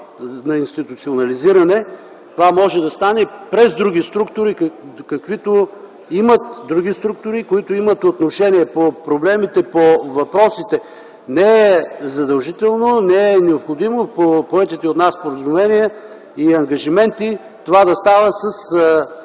на инстуционализиране, това може да стане през други структури, които имат отношение по проблемите, по въпросите. Не е задължително, не е необходимо по поетите от нас споразумения и ангажименти това да става със